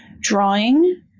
drawing